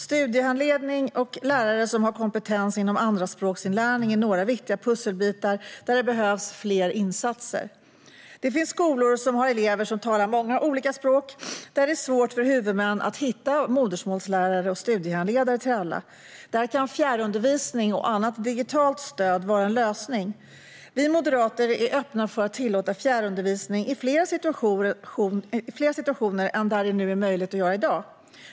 Studiehandledning och lärare som har kompetens inom andraspråksinlärning är några viktiga pusselbitar där det behövs fler insatser. Det finns skolor där det talas många olika språk och där det är svårt för huvudmän att hitta modersmålslärare och studiehandledare till alla. Där kan fjärrundervisning och annat digitalt stöd vara en lösning. Vi moderater är öppna för att tillåta fjärrundervisning i fler situationer än vad som är möjligt i dag.